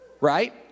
right